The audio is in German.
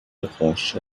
rasche